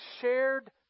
shared